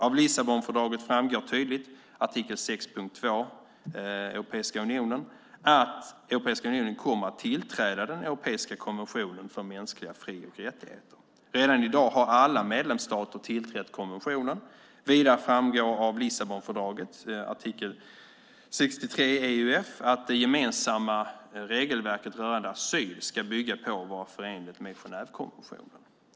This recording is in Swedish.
Av Lissabonfördraget framgår tydligt att Europeiska unionen kommer att tillträda den europeiska konventionen för mänskliga fri och rättigheter. Redan i dag har alla medlemsstater tillträtt konventionen. Vidare framgår av Lissabonfördraget att det gemensamma regelverket rörande asyl ska bygga på och vara förenligt med Genèvekonventionen.